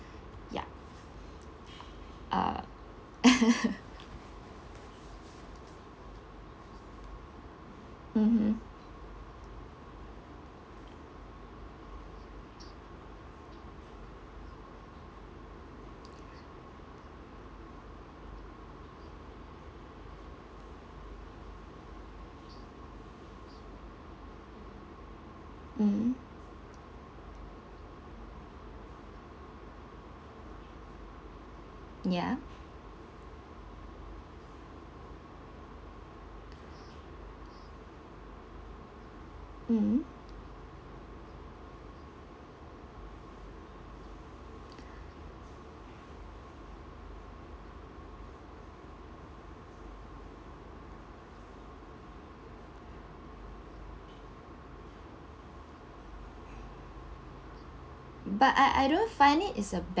ya uh mmhmm mmhmm ya mmhmm but I I don't find it as a bad